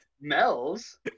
Mel's